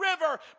river